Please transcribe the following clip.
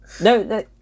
No